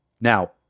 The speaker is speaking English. Now